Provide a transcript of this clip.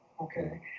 Okay